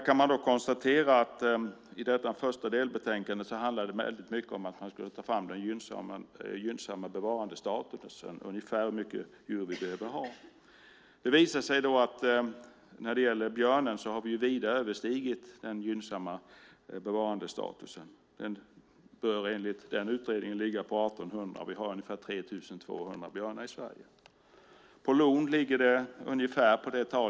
Man kan konstatera att det i detta första delbetänkande handlar väldigt mycket om att ta fram den gynnsamma bevarandestatusen, ungefär hur mycket djur vi behöver ha. Det visar sig då att vi när det gäller björnen vida har överstigit den gynnsamma bevarandestatusen. Den bör enligt utredningen ligga på 1 800. Vi har ungefär 3 200 björnar i Sverige. Lodjuren ligger ungefär på det talet.